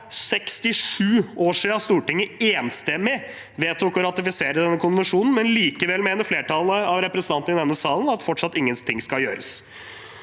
67 år siden Stortinget enstemmig vedtok å ratifisere denne konvensjonen, men likevel mener flertallet av representanter i denne salen fortsatt at ingenting skal gjøres.